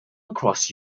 across